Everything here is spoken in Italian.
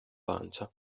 pancia